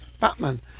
Batman